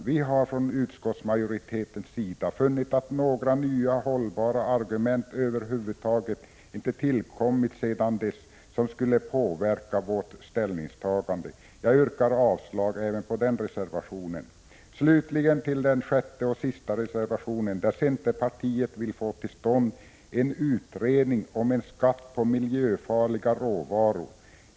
Vi har från utskottsmajoritetens sida funnit att några nya hållbara argument över huvud taget inte tillkommit sedan dess, som skulle påverka vårt ställningstagande. Jag yrkar avslag på den reservationen. Slutligen till den sjätte och sista reservationen, där centerpartiet vill få till stånd en utredning om en skatt på miljöfarliga råvaror.